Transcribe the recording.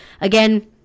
Again